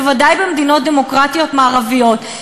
בוודאי במדינות דמוקרטיות מערביות.